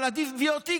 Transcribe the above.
אבל עדיף BOT,